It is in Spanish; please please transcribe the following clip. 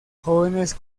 jóvenes